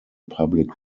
public